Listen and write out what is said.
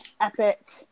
epic